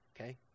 okay